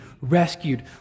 rescued